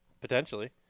Potentially